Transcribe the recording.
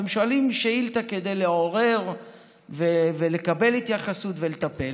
והם שואלים שאילתה כדי לעורר ולקבל התייחסות ולטפל.